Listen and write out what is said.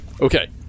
Okay